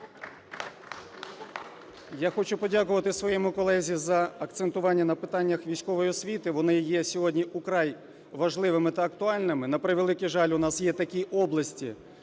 Я хочу подякувати своєму колезі за акцентування на питаннях військової освіти, вони є сьогодні вкрай важливими та актуальними. На превеликий жаль, у нас є такі області,